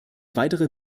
weiterer